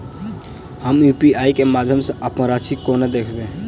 हम यु.पी.आई केँ माध्यम सँ अप्पन राशि कोना देखबै?